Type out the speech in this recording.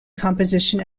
composition